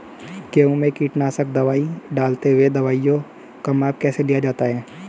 गेहूँ में कीटनाशक दवाई डालते हुऐ दवाईयों का माप कैसे लिया जाता है?